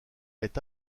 est